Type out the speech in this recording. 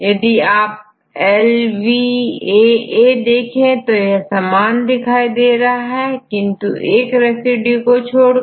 यदि आपLVAA देखें तो समान दिखाई दे रहा है केवल एक रेसिड्यू को छोड़कर